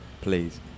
please